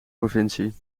provincie